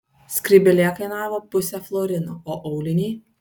skrybėlė kainavo pusę florino o auliniai